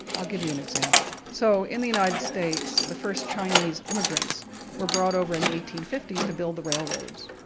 i'll give you an example. so in the united states the first chinese immigrants were brought over in the eighteen fifty s to build the railroads.